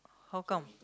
how come